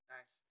Nice